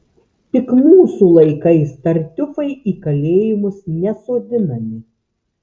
tik mūsų laikais tartiufai į kalėjimus nesodinami